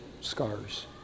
scars